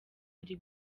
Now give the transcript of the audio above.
ari